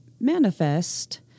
manifest